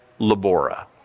labora